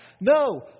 No